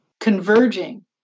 converging